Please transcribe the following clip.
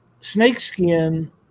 snakeskin